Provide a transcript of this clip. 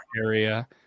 area